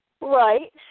Right